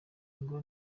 ngo